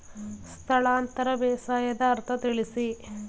ಸ್ಥಳಾಂತರ ಬೇಸಾಯದ ಅರ್ಥ ತಿಳಿಸಿ?